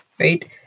right